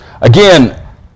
Again